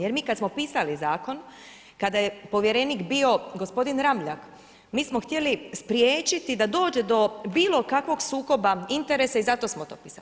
Jer mi kad smo pisali Zakon, kada je povjerenik bio gospodin Ramljak, mi smo htjeli spriječiti da dođe do bilo kakvog sukoba interesa i zato smo to pisali.